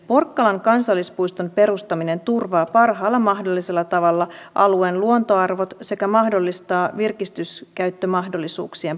porkkalan kansallispuiston perustaminen turvaa parhaalla mahdollisella tavalla alueen luontoarvot sekä mahdollistaa virkistyskäyttömahdollisuuksien parantamisen